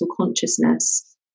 consciousness